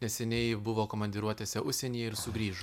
neseniai buvo komandiruotėse užsienyje ir sugrįžo